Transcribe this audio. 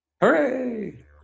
Hooray